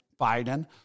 Biden